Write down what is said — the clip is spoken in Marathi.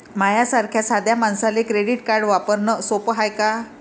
माह्या सारख्या साध्या मानसाले क्रेडिट कार्ड वापरने सोपं हाय का?